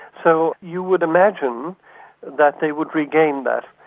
so you would imagine that they would regain that.